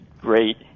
great